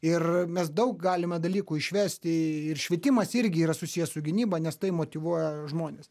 ir mes daug galime dalykų išvesti ir švietimas irgi yra susijęs su gynyba nes tai motyvuoja žmones